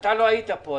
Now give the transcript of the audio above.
אתה לא היית פה.